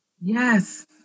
Yes